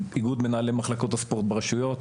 איגוד מחלקות הספורט ברשויות.